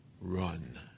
run